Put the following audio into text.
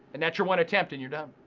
and that's your one attempt and you're done.